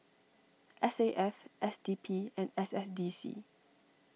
S A F S D P and S S D C